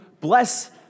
bless